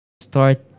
start